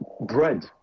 bread